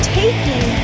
taking